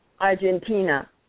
Argentina